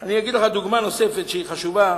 אני אגיד לך דוגמה נוספת שהיא חשובה.